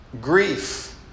grief